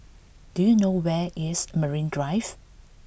do you know where is Marine Drive